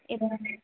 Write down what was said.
एवम्